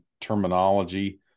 terminology